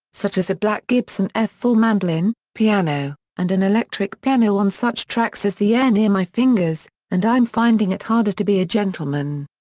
such as a black gibson f four mandolin, piano, and an electric piano on such tracks as the air near my fingers and i'm finding it harder to be a gentleman.